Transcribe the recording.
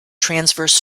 transverse